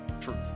truth